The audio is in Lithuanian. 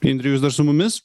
indre jūs dar su mumis